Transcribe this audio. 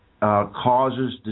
Causes